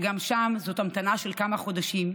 וגם שם יש המתנה של כמה חודשים,